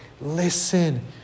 Listen